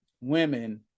women